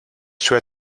sue